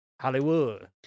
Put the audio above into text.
Hollywood